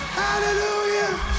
hallelujah